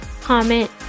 comment